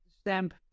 stamp